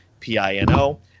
P-I-N-O